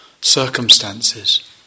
circumstances